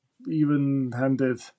even-handed